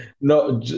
no